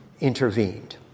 intervened